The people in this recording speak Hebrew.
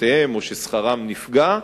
עבודתם או ששכרם נפגע,